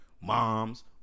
moms